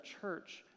church